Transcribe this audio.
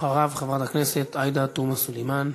אחריו, חברת הכנסת עאידה תומא סלימאן.